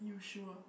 you sure